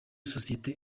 sosiyete